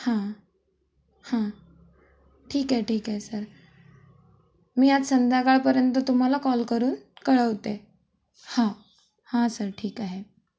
हां हां ठीक आहे ठीक आहे सर मी आज संध्याकाळपर्यंत तुम्हाला कॉल करून कळवते हां हां सर ठीक आहे